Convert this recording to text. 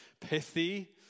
pithy